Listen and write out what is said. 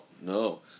no